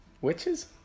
Witches